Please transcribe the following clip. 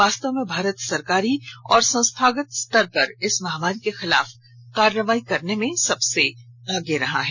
वास्तव में भारत सरकारी और संस्थागत स्तर पर इस महामारी के खिलाफ कार्रवाई करने में सबसे आगे रहा है